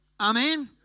Amen